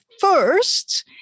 first